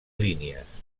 línies